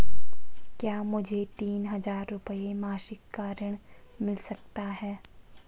क्या मुझे तीन हज़ार रूपये मासिक का ऋण मिल सकता है?